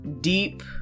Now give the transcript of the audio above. deep